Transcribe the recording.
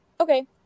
okay